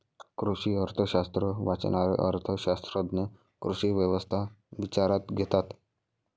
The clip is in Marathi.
कृषी अर्थशास्त्र वाचणारे अर्थ शास्त्रज्ञ कृषी व्यवस्था विचारात घेतात